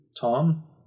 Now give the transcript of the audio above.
Tom